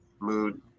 mood